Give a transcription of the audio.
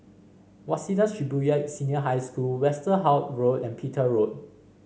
Waseda Shibuya Senior High School Westerhout Road and Petir Road